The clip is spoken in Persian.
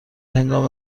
هنگام